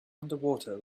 underwater